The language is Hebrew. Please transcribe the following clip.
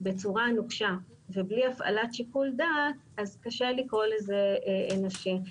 בצורה נוקשה ובלי הפעלת שיקול דעת אז קשה לקרוא לזה אנושי.